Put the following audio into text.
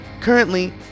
Currently